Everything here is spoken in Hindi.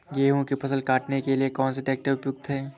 गेहूँ की फसल काटने के लिए कौन सा ट्रैक्टर उपयुक्त है?